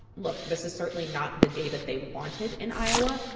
look this is certainly not the day that they wanted in iowa,